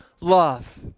love